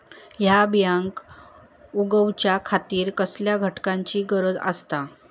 हया बियांक उगौच्या खातिर कसल्या घटकांची गरज आसता?